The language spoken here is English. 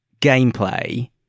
gameplay